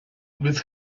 więc